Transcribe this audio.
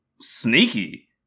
sneaky